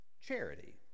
charity